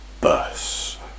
Bus